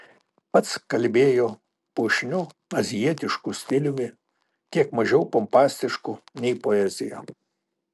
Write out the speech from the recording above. pats kalbėjo puošniu azijietišku stiliumi kiek mažiau pompastišku nei poezija